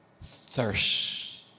thirst